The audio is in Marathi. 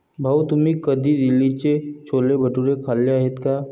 भाऊ, तुम्ही कधी दिल्लीचे छोले भटुरे खाल्ले आहेत का?